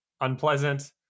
unpleasant